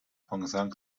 von